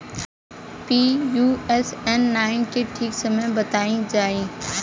Pusa nine के ठीक समय बताई जाई?